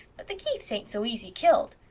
but the keiths ain't so easy killed.